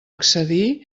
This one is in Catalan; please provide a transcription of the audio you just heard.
excedir